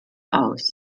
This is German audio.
aus